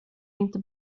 inte